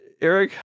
Eric